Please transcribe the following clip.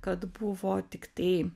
kad buvo tiktai